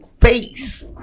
face